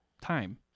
time